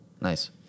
Nice